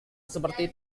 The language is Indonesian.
seperti